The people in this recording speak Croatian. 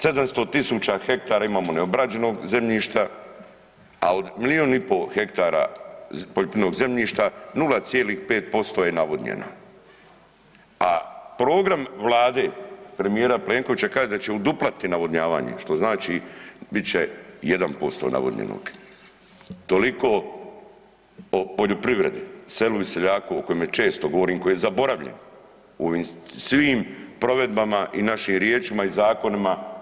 700.000 hektara imamo neobrađenog zemljišta, a od milijun i po hektara poljoprivrednog zemljišta 0,5% je navodnjeno, a program vlade premijera Plenkovića kaže da će uduplati navodnjavanje, što znači bit će 1% navodnjenog, toliko o poljoprivredi, selu i seljaku o kojemu često govorim, koji je zaboravljen u ovim svim provedbama i našim riječima i zakonima.